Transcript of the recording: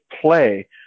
play